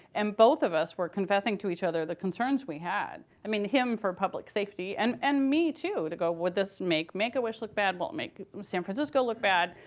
and both of us were confessing to each other the concerns we had. i mean, him for public safety and and me too to go, would this make make-a-wish look bad? will it make san francisco look bad?